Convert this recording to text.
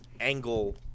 angle